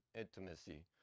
intimacy